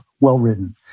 well-written